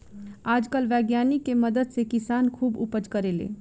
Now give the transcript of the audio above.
आजकल वैज्ञानिक के मदद से किसान खुब उपज करेले